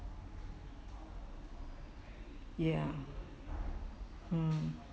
ya mm